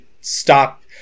stop